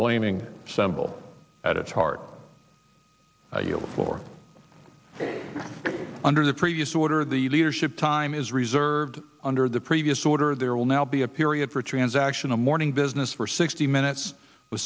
gleaming symbol at its heart for under the previous order the leadership time is reserved under the previous order there will now be a period for a transaction of morning business for sixty minutes